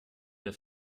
der